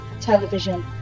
television